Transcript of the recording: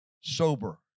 sober